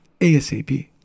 ASAP